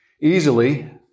easily